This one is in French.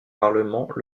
parlement